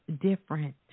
different